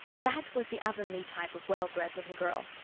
that was the avonlea type of well-bred little girl.